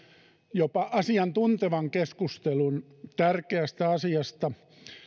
jopa asiantuntevan keskustelun tärkeästä asiasta